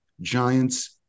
Giants